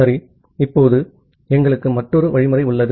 சரி இப்போது எங்களுக்கு மற்றொரு வழிமுறை உள்ளது